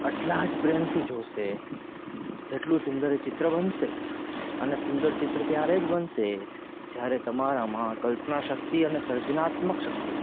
એટલાં જ પ્રેમથી જોશે જેટલું સુંદર એ ચિત્ર બનશે અને સુંદર ચિત્ર ત્યારે જ બનશે જ્યારે તમારામાં કલ્પના શક્તિ અને સર્જનાત્મક શક્તિ